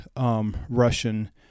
Russian